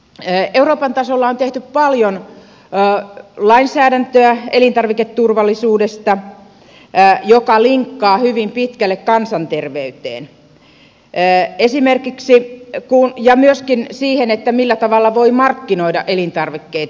euroopan tasolla on tehty paljon lainsäädäntöä elintarviketurvallisuudesta joka linkkaa hyvin pitkälle kansanterveyteen ja myöskin siihen millä tavalla voi markkinoida elintarvikkeita